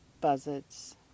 buzzards